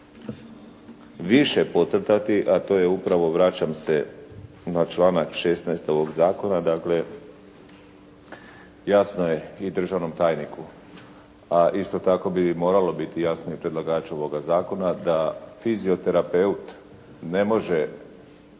više podcrtati a to je upravo, vraćam se na članak 16. ovog zakona dakle jasno je i državnom tajniku, a isto tako bi moralo biti jasno i predlagaču ovoga zakona da fizioterapeut ne može